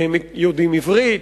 יודעים עברית,